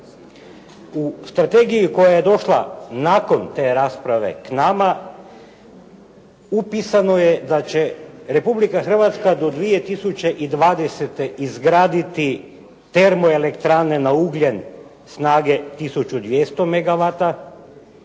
U strategiji koja je došla nakon te rasprave k nama, upisano je da će Republika Hrvatska do 2020. izgraditi termoelektrane na ugljen snage tisuću